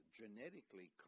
genetically